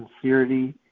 sincerity